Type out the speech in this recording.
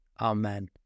amen